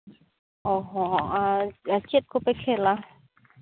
ᱚᱸᱻ ᱦᱚᱸ ᱟᱨ ᱟᱨ ᱪᱮᱫ ᱠᱚᱯᱮ ᱠᱷᱮᱞᱼᱟ